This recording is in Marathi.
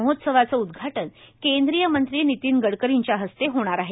महोत्सवाचे उदघाटन केंद्रीय मंत्री नितीन गडकरींच्या हस्ते होणार आहे